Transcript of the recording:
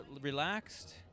relaxed